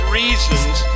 reasons